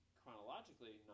chronologically